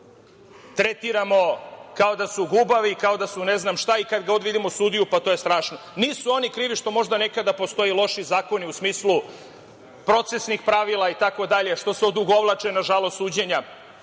tretiramo kao da su gubavi, kao da su ne znam šta i kad god vidimo sudiju pa to je strašno. Nisu oni krivi što možda nekada postoje loši zakoni u smislu procesnih pravila itd, što se odugovlače, nažalost, suđenja.